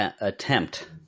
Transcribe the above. attempt